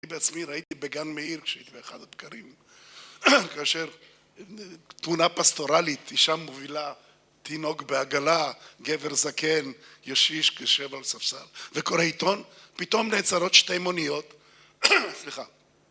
אני בעצמי ראיתי בגן מאיר, כשהייתי באחד הבקרים, כאשר תמונה פסטורלית, אישה מובילה, תינוק בעגלה, גבר זקן, ישיש, קשב על ספסל, וקורא עיתון, פתאום נעצרות שתי מוניות, סליחה.